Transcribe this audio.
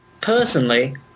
Personally